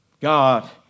God